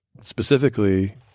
specifically